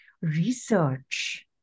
research